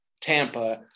Tampa